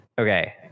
Okay